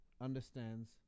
understands